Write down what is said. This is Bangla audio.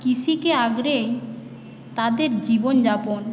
কৃষিকে আঁকড়েই তাদের জীবনযাপন